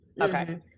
Okay